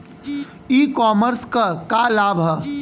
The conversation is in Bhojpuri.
ई कॉमर्स क का लाभ ह?